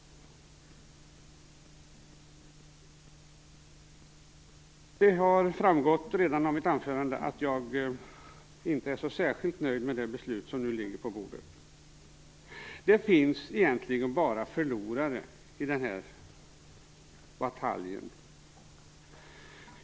Det har redan framgått av mitt anförande att jag inte är så särskilt nöjd med det förslag som nu ligger på bordet. Det finns egentligen bara förlorare i den här bataljen.